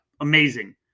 Amazing